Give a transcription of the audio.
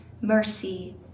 mercy